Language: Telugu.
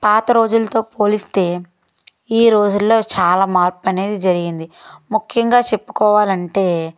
పాత రోజులతో పోలిస్తే ఈరోజుల్లో చాలా మార్పు అనేది జరిగింది ముఖ్యంగా చెప్పుకోవాలంటే